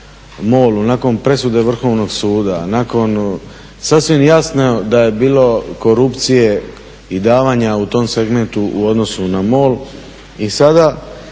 MOL-u, nakon presude Vrhovnog suda, nakon, sasvim jasno da je bilo korupcije i davanja u tom segmentu u odnosu na MOL.